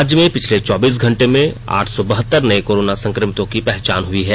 राज्य में पिछले चौबीस घंटे में आठ सौ बहत्तर नये कोरोना संक्रमितों की पहचान हुई है